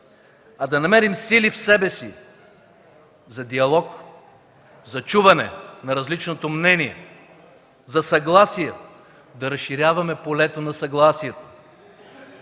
а да намерим сили в себе си за диалог, за чуване на различното мнение, за съгласие – да разширяваме полето на съгласието,